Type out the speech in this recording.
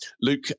Luke